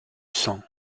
sang